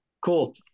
Cool